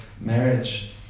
marriage